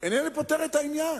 איננו פותר את הבעיה.